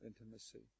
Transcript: intimacy